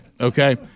okay